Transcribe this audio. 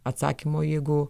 atsakymo jeigu